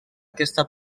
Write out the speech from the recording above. aquesta